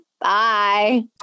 bye